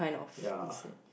yeah